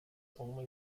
only